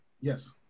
yes